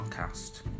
podcast